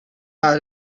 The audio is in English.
how